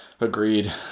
agreed